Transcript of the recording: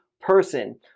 person